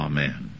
Amen